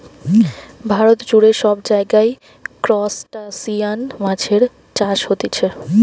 ভারত জুড়ে সব জায়গায় ত্রুসটাসিয়ান মাছের চাষ হতিছে